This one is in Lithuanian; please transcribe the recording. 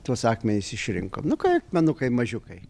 tuos akmenis išrinkom nu ką akmenukai mažiukai